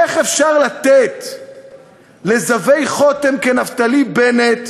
איך אפשר לתת לזבי חוטם כנפתלי בנט,